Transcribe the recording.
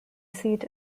seat